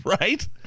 Right